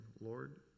Lord